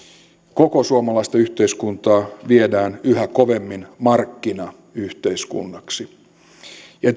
koko suomalaista yhteiskuntaa viedään yhä kovemmin markkinayhteiskunnaksi ja